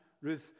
Ruth